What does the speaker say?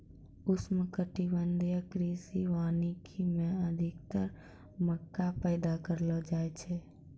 उष्णकटिबंधीय कृषि वानिकी मे अधिक्तर मक्का पैदा करलो जाय छै